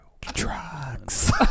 drugs